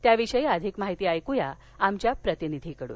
त्या विषयी अधिक माहिती ऐकुया आमच्या प्रतिनिधीकडून